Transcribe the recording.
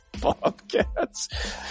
Bobcats